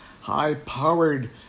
high-powered